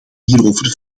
hierover